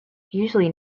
usually